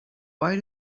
why